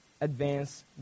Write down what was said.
advance